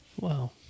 Wow